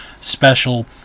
special